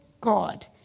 God